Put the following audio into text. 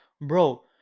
bro